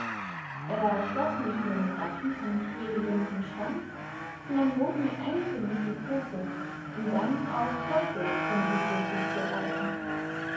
er schloß nicht nur den rachen und wedelte mit dem schwanz sondern bot mir eindringlich die pfote um dann auch ponto seine begrüßung zu erweisen